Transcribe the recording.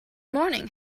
morning